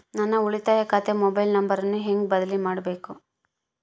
ನನ್ನ ಉಳಿತಾಯ ಖಾತೆ ಮೊಬೈಲ್ ನಂಬರನ್ನು ಹೆಂಗ ಬದಲಿ ಮಾಡಬೇಕು?